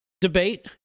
debate